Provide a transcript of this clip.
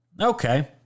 Okay